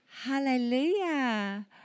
Hallelujah